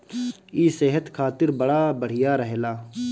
इ सेहत खातिर बड़ा बढ़िया रहेला